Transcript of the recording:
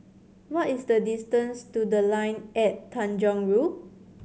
what is the distance to The Line at Tanjong Rhu